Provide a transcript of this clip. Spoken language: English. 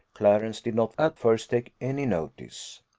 clarence did not at first take any notice.